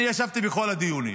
אני ישבתי בכל הדיונים